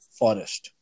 forest